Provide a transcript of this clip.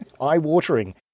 eye-watering